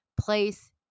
place